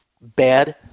Bad